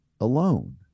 alone